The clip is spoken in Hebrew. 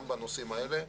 גם בנושאים האלה.